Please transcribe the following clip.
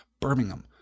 Birmingham